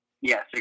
Yes